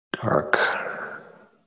dark